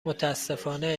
متأسفانه